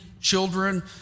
children